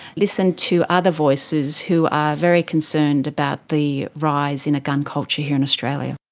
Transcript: listen to other voices who are very concerned about the rise in a gun culture here in australia.